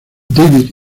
david